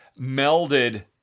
melded